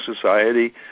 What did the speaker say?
society